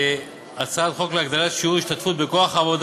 הצעת חוק להגדלת שיעור ההשתתפות בכוח העבודה